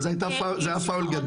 אבל זה היה פאול גדול,